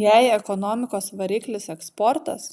jei ekonomikos variklis eksportas